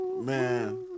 Man